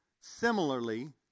Similarly